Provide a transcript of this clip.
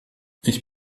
ich